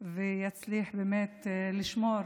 ויצליח באמת לשמור